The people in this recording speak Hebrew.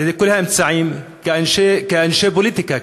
על-ידי כל האמצעים כאנשי פוליטיקה,